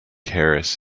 harris